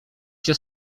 się